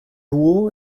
duo